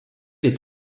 est